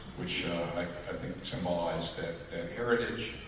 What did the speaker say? which i think it symbolized that and heritage.